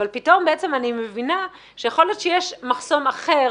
אבל פתאום בעצם אני מבינה שיכול להיות שיש מחסום אחר